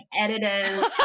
editors